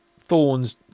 thorns